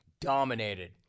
dominated